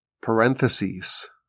parentheses